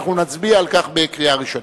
אנחנו נצביע על כך בקריאה ראשונה.